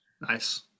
Nice